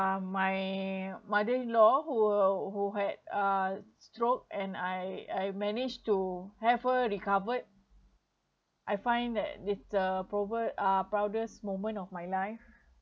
uh my mother in law who who had a stroke and I I managed to have her recovered I find that is a proven uh proudest moment of my life